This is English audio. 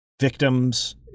victims